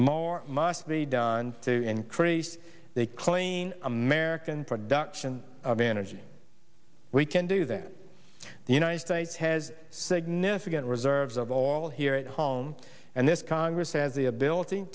more must be done to increase the clean american production of energy we can do that the united states has significant reserves of oil here at home and this congress has the ability